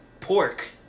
pork